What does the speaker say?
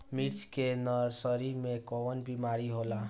मिर्च के नर्सरी मे कवन बीमारी होला?